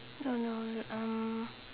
don't know um